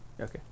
Okay